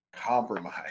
compromise